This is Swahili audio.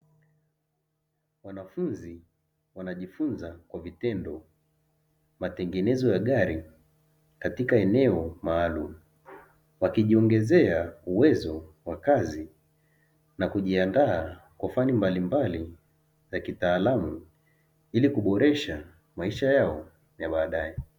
Wanafunzi wanajifunza kwa vitendo, matengenezo ya gari katika eneo maalumu, wakijiongezea uwezo wa kazi na kujiandaa kwa fani mbalimbali za kitaalamu, ili kuboresha maisha yao ya baadae.